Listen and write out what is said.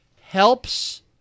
helps